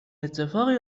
اتفاقی